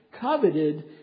coveted